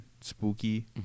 spooky